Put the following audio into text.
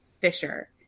Fisher